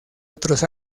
otros